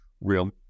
real